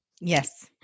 Yes